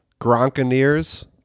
Gronkaneers